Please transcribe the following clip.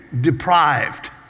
deprived